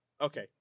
Okay